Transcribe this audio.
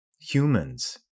humans